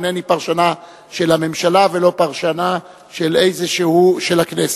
אינני פרשנה של הממשלה ולא פרשנה של הכנסת,